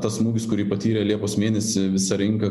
tas smūgis kurį patyrė liepos mėnesį visa rinka